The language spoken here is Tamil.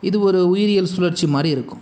இது ஒரு உயிரியல் சுழற்சி மாதிரி இருக்கும்